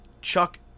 Chuck